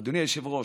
אדוני היושב-ראש,